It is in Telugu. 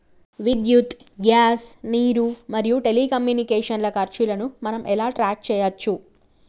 విద్యుత్ గ్యాస్ నీరు మరియు టెలికమ్యూనికేషన్ల ఖర్చులను మనం ఎలా ట్రాక్ చేయచ్చు?